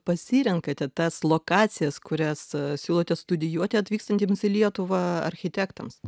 pasirenkate tas lokacijas kurias siūlote studijuoti atvykstantiems į lietuvą architektams